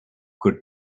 could